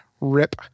Rip